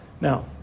Now